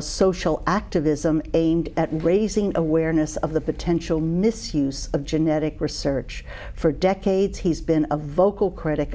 social activism aimed at raising awareness of the potential misuse of genetic research for decades he's been a vocal critic